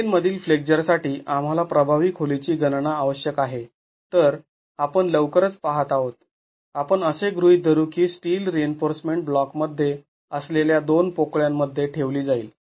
प्लेनमधील फ्लेक्झर साठी आम्हाला प्रभावी खोलीची गणना आवश्यक आहे तर आपण लवकरच पाहत आहोत आपण असे गृहीत धरू की स्टील रिइन्फोर्समेंट ब्लॉकमध्ये असलेल्या दोन पोकळ्यांमध्ये ठेवली जाईल